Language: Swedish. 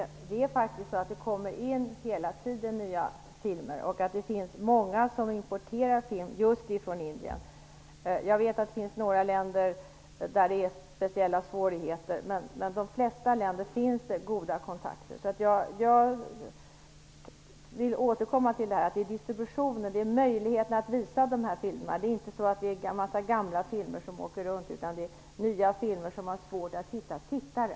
Herr talman! Det kommer hela tiden in nya filmer, Monica Widnemark. Det finns många som importer film just ifrån Indien. Jag vet att det finns några länder där det är speciella svårigheter, men kontakterna med de flesta länder är goda. Jag vill återkomma till att det är distributionen, möjligheten att visa dessa filmer, som är problemet. Det är inte en massa gamla filmer som åker runt, utan det är nya filmer som har svårt att hitta tittare.